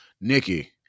Nikki